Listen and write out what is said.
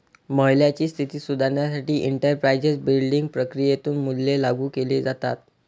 महिलांची स्थिती सुधारण्यासाठी एंटरप्राइझ बिल्डिंग प्रक्रियेतून मूल्ये लागू केली जातात